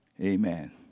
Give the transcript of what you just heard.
Amen